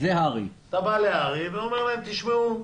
אתה בא להר"י ואומר להם: תשמעו,